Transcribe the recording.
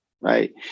right